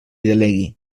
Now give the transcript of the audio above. delegui